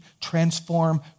transform